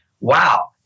wow